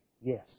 yes